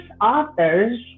authors